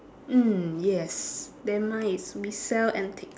mm yes then mine is we sell antique